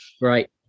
Right